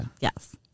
Yes